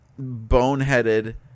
boneheaded